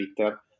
Twitter